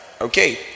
Okay